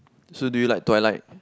so do you like Twilight